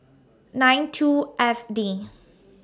nine two F D